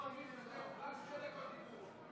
לסמוטריץ' תיתן רק שתי דקות דיבור.